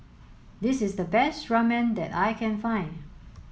this is the best Ramen that I can find